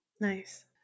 Nice